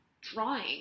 drawing